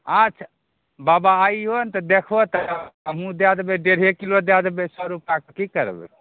आछा बाबा इहो ने तऽ देखहो तऽ हमहुॅं दए देबै डेढ़े किलो दए देबै सए रुपके की करबै